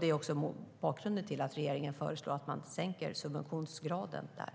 Det är också bakgrunden till att regeringen föreslår att subventionsgraden sänks.